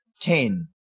Ten